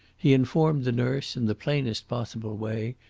he informed the nurse, in the plainest possible way,